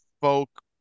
folk